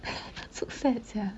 so fat sia